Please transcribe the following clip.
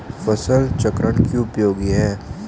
फसल चक्रण क्यों उपयोगी है?